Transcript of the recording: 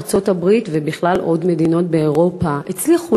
ארצות-הברית ועוד מדינות באירופה הצליחו